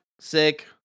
Sick